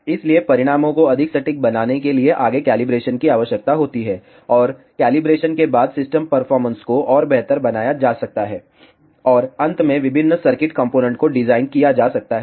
इसलिए परिणामों को अधिक सटीक बनाने के लिए आगे कैलिब्रेशन की आवश्यकता होती है और कैलिब्रेशन के बाद सिस्टम परफॉर्मेंस को और बेहतर बनाया जा सकता है और अंत में विभिन्न सर्किट कॉम्पोनेन्ट को डिज़ाइन किया जा सकता है